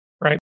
Right